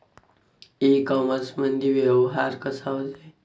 इ कामर्समंदी व्यवहार कसा होते?